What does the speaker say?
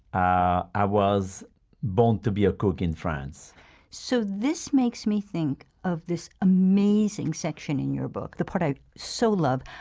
i i was born to be a cook in france so this makes me think of the amazing section in your book, the part i so love,